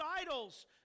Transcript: idols